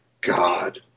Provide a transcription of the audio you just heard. God